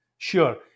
Sure